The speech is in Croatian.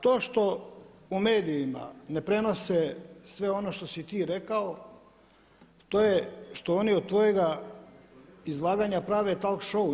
To što u medijima ne prenose sve ono što si ti rekao to je što oni od tvojega izlaganja prave talk show.